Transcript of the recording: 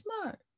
smart